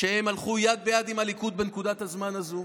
שהם הלכו יד ביד עם הליכוד בנקודת הזמן הזאת.